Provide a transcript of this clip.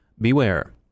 beware